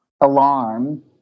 alarm